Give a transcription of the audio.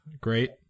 Great